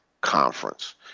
conference